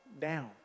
down